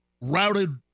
routed